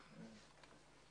לא לכל